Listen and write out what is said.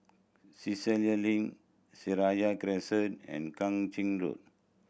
Cassia Link Seraya Crescent and Kang Ching Road